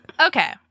Okay